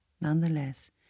Nonetheless